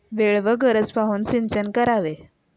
वेळ व गरज पाहूनच सिंचन करावे